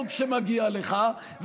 אני לקחתי לך את כל הייצוג שמגיע לך,